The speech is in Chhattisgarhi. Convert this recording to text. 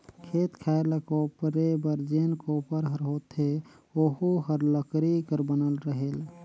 खेत खायर ल कोपरे बर जेन कोपर हर होथे ओहू हर लकरी कर बनल रहेल